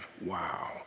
Wow